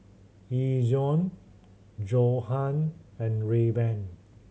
Ezion Johan and Rayban